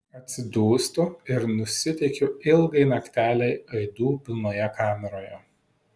atsidūstu ir nusiteikiu ilgai naktelei aidų pilnoje kameroje